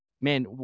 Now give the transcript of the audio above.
Man